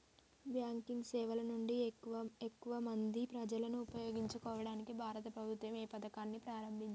Banking సేవల నుండి ఎక్కువ మంది ప్రజలను ఉపయోగించుకోవడానికి భారత ప్రభుత్వం ఏ పథకాన్ని ప్రారంభించింది?